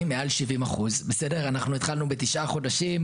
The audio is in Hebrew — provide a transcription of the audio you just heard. מעל 70%. אנחנו התחלנו בתשעה חודשים,